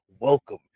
Welcome